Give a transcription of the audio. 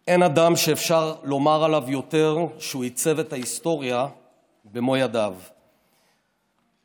אין אדם שאפשר לומר עליו שהוא עיצב את ההיסטוריה במו ידיו יותר מהרצל.